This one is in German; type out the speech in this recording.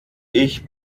ich